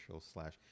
slash